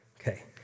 Okay